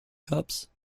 cups